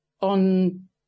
on